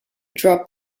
drop